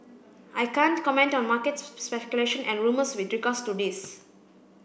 I can't comment on market speculation and rumours with regards to this